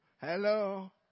Hello